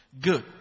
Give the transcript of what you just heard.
Good